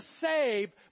save